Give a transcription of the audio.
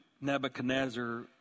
Nebuchadnezzar